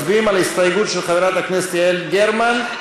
מצביעים על ההסתייגות של חברת הכנסת יעל גרמן,